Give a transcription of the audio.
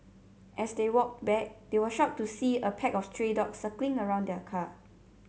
as they walked back they were shocked to see a pack of stray dogs circling around the car